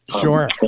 Sure